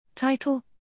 Title